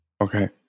Okay